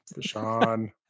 Sean